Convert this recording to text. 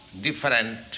different